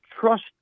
trust